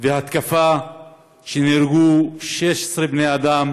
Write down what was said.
והתקפה שבה נהרגו 16 בני אדם